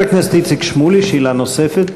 חבר הכנסת איציק שמולי, שאלה נוספת.